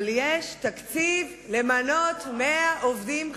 אבל יש תקציב למנות 100 עובדים חדשים.